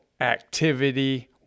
activity